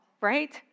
Right